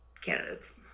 candidates